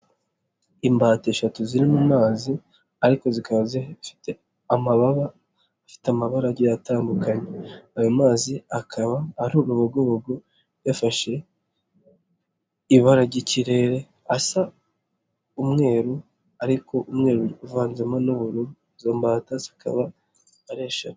Imbata eshatu ziri mu mazi ariko zikaba zifite amababa afite amabara agiye atandukanye, ayo mazi akaba ari urubogobogo, yafashe ibara ry'ikirere, asa umweru ariko umweru uvanzemo n'ubururu, izo mbata zikaba ari eshatu.